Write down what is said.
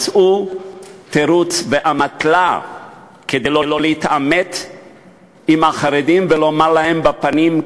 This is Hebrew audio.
מצאו תירוץ ואמתלה לא להתעמת עם החרדים ולומר להם בפנים: